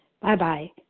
Bye-bye